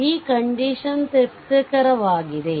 ಈ ಕಂಡೀಶನ್ ತೃಪ್ತಿಕರವಾಗಿದೆ